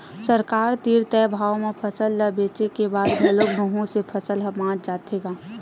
सरकार तीर तय भाव म फसल ल बेचे के बाद घलोक बहुत से फसल ह बाच जाथे गा